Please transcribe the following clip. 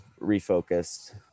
refocused